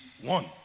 one